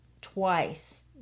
twice